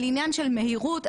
על עניין של מהירות,